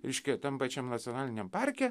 reiškia tam pačiam nacionaliniam parke